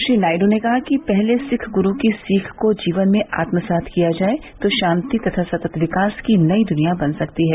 श्री नायडू ने कहा कि पहले सिख गुरु की सीख को जीवन में आत्मसात् किया जाए तो शांति तथा सतत विकास की नयी दुनिया बन सकती है